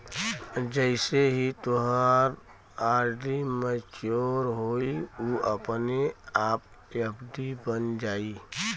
जइसे ही तोहार आर.डी मच्योर होइ उ अपने आप एफ.डी बन जाइ